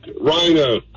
Rhino